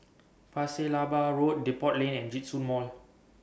Pasir Laba Road Depot Lane and Djitsun Mall